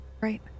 right